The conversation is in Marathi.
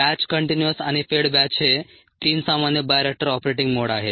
बॅच कंटीन्युअस आणि फेड बॅच हे 3 सामान्य बायोरिएक्टर ऑपरेटिंग मोड आहेत